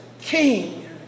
king